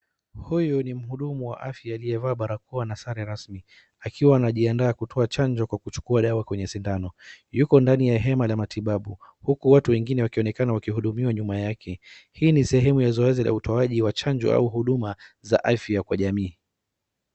Huyu ni mhudumu wa afya aliyevaa barakoa na sare rasmi akiwa anajianda kutoa chanjo kwa kuchukuwa dawa kwenye sindano. Yuko ndani ya hema la matibabu huku watu wengine wakionekana wakihudumiwa nyuma yake. Hii ni sehemu ya utoaji wa chanjo au huduma za afya kwa jamii.